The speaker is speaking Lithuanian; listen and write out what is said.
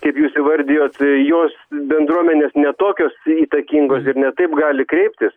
kaip jūs įvardijot jos bendruomenės ne tokios įtakingos ir ne taip gali kreiptis